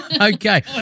Okay